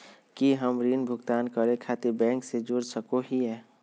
की हम ऋण भुगतान करे खातिर बैंक से जोड़ सको हियै?